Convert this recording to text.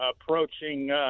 approaching